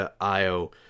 Io